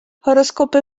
horoskopy